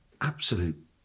absolute